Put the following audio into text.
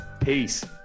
Peace